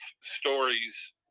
stories